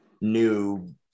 new